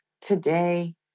today